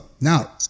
Now